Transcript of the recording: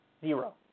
Zero